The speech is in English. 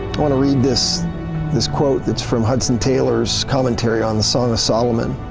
want to read this this quote that's from hudson taylor's commentary on the song of solomon